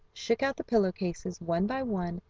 shook out the pillow-cases one by one,